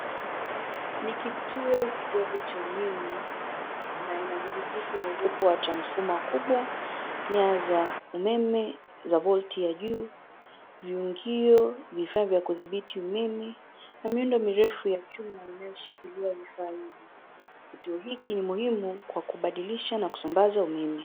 Ni kituo kidogo cha umeme na inadhibitishwa na uwepo wa transfoma kubwa, nyaya za umeme za volti ya juu, viungio, vifaaa vya kudhibiti umeme na miundo mirefu ya chuma inayoshikilia vifaa hivi. Kituo hiki ni muhimu kwa kubadilisha na kusambaza umeme.